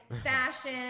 fashion